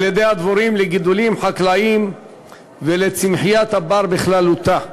על-ידי הדבורים לגידולים חקלאיים ולצמחיית הבר בכללותה.